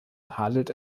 handelt